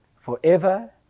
Forever